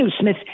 Smith